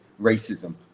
racism